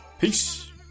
Peace